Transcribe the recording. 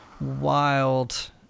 wild